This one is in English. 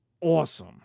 awesome